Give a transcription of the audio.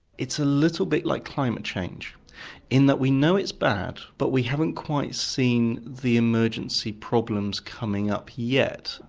it's a little bit like climate change in that we know it's bad but we haven't quite seen the emergency problems coming up yet,